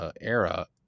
era